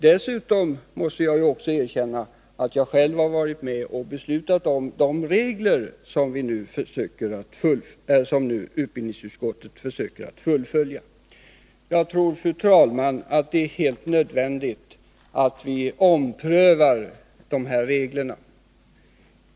Dessutom måste jag erkänna att jag tidigare varit med om att besluta om de regler utbildningsutskottet försöker följa. Jag tror nu, fru talman, att det är nödvändigt att vi omprövar dessa regler.